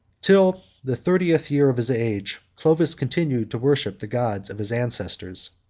till the thirtieth year of his age, clovis continued to worship the gods of his ancestors.